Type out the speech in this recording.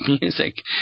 music